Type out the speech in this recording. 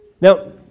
Now